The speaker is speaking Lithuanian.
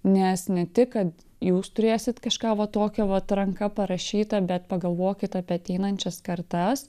nes ne tik kad jūs turėsit kažką va tokio vat ranka parašyta bet pagalvokit apie ateinančias kartas